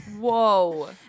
whoa